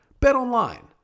BetOnline